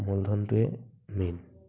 মূলধনটোৱেই main